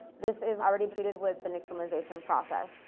this is already treated with the nixtamalization process.